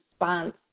response